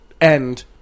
end